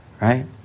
right